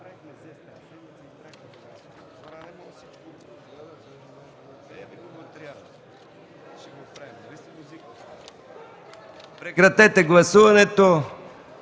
Прекратете гласуването,